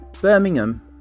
Birmingham